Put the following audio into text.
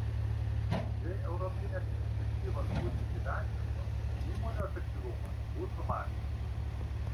jei europinės iniciatyvos bus įgyvendintos įmonių efektyvumas bus sumažintas